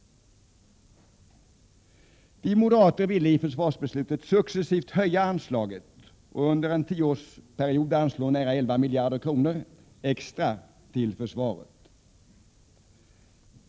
Vi moderater ville i försvarsbeslutet successivt höja anslaget och under en tioårsperiod anslå nära 11 miljarder kronor extra till försvaret.